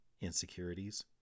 insecurities